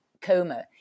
coma